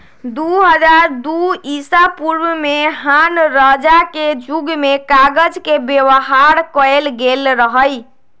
दू हज़ार दू ईसापूर्व में हान रजा के जुग में कागज के व्यवहार कएल गेल रहइ